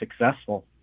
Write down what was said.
successful